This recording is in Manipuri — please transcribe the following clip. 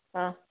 ꯑꯥ